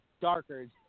darker